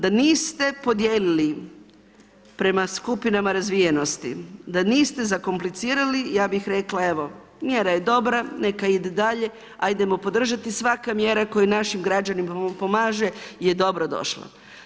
Da niste podijelili prema skupinama razvijenosti, da niste zakomplicirali, ja bih rekla mjera je dobra, neka ide dalje, ajdemo podržati, svaka mjera koja našim građanima pomaže je dobrodošla.